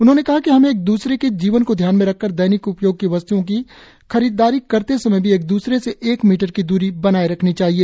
उन्होंने कहा कि हमे एक दूसरे के जीवन को ध्यान में रखकर दैनिक उपयोग की वस्त्ओं की खरीदारी करते समय भी एक दूसरे से एक मीटर की दूरी बनाएं रखनी चाहिए